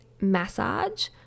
massage